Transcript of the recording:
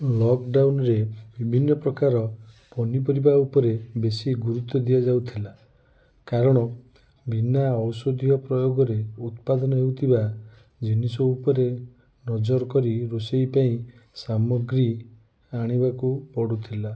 lockdown ରେ ବିଭିନ୍ନ ପ୍ରକାର ପନିପରିବା ଉପରେ ବେଶୀ ଗୁରୁତ୍ବ ଦିଆଯାଉଥିଲା କାରଣ ବିନା ଔଷଧୀୟ ପ୍ରୟୋଗ ରେ ଉତ୍ପାଦନ ହେଉଥିବା ଜିନିଷ ଉପରେ ନଜର କରି ରୋଷେଇ ପାଇଁ ସାମଗ୍ରୀ ଆଣିବାକୁ ପଡ଼ୁଥିଲା